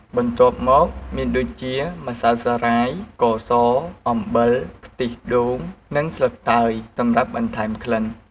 បន្ទាប់មកមានដូចជា ម្សៅសារាយ ស្ករស អំបិល ខ្ទិះដូង និង ស្លឹកតើយ សម្រាប់បន្ថែមក្លិន។